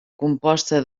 composta